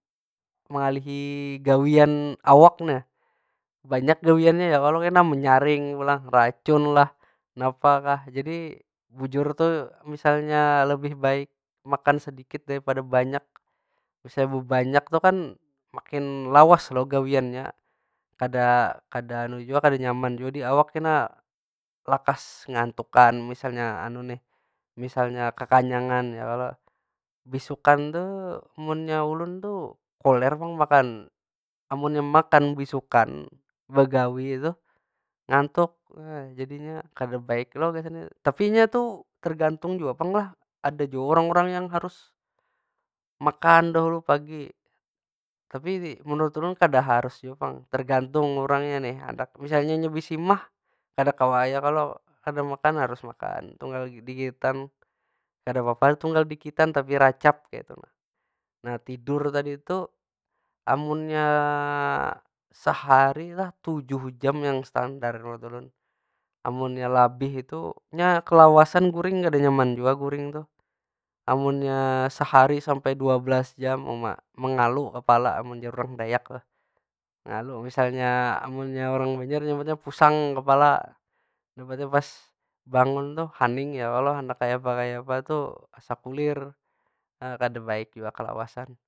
Mengalihi gawian awak tu nah. Banyak gawiannya ya kalo? Kena menyaring pulang, racun lah, napa kah? Jadi bujur tu, misalnya lebih baik makan sedikit daripada banyak. Misal bebanyak tu kan makin lawas lo gawiannya? Kada- kada nyaman jua di awak kena lakas ngantukan misalnya msialnya kakanyangan ya kalo? Beisukan tu munnya ulun tu koler pang makan. Amunnya makan beisukan, bagawi tu ngantuk. Nah jadinya kada baik lo gasan. Tapi inya tu tergantung jua pang lah, ada jua urang- urang nang harus makan dahulu pagi. Tapi menurut ulun kada harus jua pang, tergantung urangnya nih handak. Misalnya inya beisi magh, kada kawa ai ya kalo kada makan? Harus makan tunggal dikitan. Kada papa tunggal dikitan tapi racap kaytu nah. nah tidur tadi tu amunnya sehari lah tujuh jam yang standar menurut ulun, amunnya labih itu, nya kelawasan guring kada nyaman jua guring tuh. Amunnya sahari sampai dua belas jam, uma mengalu kapala amun jar urang dayak tuh. Ngalu, misalnya amunnya urang banjar nyambatnya pusang kepala. Nyambatnya pas bangun tuh haning ya kalo? Handak kayapa- kayapa tu rasa kulir. Nah kada baik jua kalawasan.